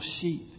sheep